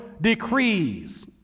decrees